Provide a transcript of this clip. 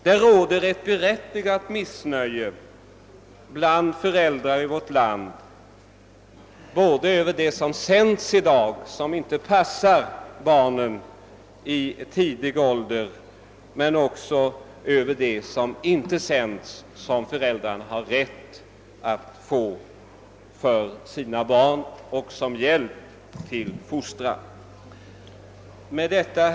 Det finns ett berättigat missnöje bland föräldrar i vårt land med de program som sänds i dag och som inte passar barn i låg ålder, och med program som inte sänds men som föräldarna har rätt att få för sina barn och som hjälp i fostran. Herr talman!